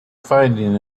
finding